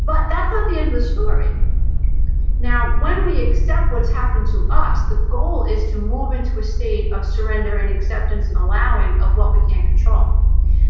but that's not the end of the story now when we accept what's happened to us the goal is to move into a state of surrender and acceptance and allowing of what we can control